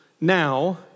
now